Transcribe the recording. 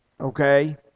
okay